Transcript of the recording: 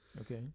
Okay